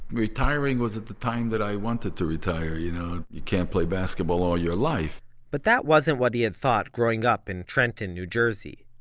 retiring was at the time that i wanted to retire, you know? you can't play basketball all your life but that wasn't what he had thought growing up in trenton, new jersey.